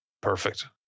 Perfect